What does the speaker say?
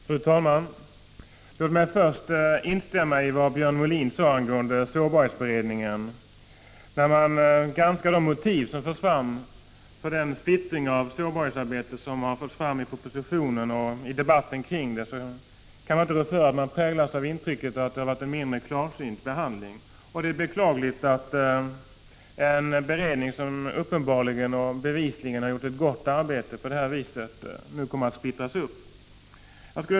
Fru talman! Låt mig först instämma i vad Björn Molin sade angående sårbarhetsberedningen. När man granskar de motiv som förts fram för den splittring av arbetet med sårbarhetsfrågorna som föreslagits i propositionen och debatten kring den, kan man inte rå för att man får intryck av att behandlingen har varit mindre klarsynt. Och det är beklagligt att en beredning som uppenbarligen och bevisligen gjort ett gott arbete nu kommer att splittras upp.